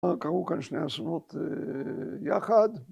קרו כאן שני אסונות יחד